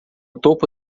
topo